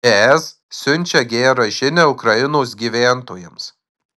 es siunčia gerą žinią ukrainos gyventojams